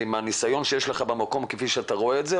מהניסיון שיש לך במקום כפי שאתה רואה את זה,